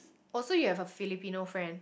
oh so you have a Filipino friend